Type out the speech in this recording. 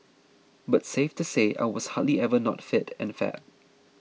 but safe to say I was hardly ever not fit and fab